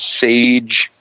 sage